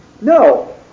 No